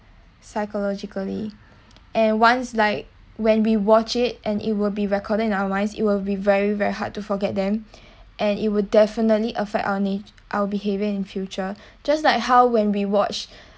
psychologically and once like when we watch it and it will be recorded in our minds it will be very very hard to forget them and it would definitely affect our na~ our behaviour in future just like how when we watched